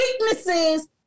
weaknesses